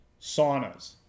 saunas